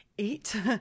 eat